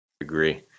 Agree